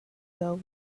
ago